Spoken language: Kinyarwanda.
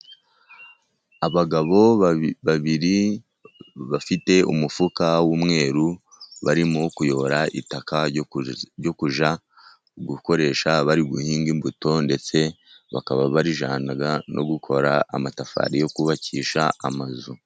Abagabo babiri bafite umufuka w'umweru, barimo kuyora itaka ryo kujya gukoresha bari guhinga imbuto, ndetse bakaba barijyana no gukora amatafari yo kubakisha amazu.